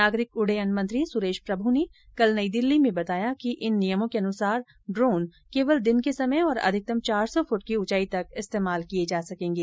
नागरिक उड्डयन मंत्री सुरेश प्रमु ने कल नई दिल्ली में बताया कि इन नियमों के अनुसार ड्रोन केवल दिन के समय और अधिकतम चार सौ फूट की ऊंचाई तक इस्तेमाल किए जा सकेंगे